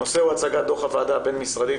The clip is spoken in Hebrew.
הנושא הוא הצגת דוח הוועדה הבין-משרדית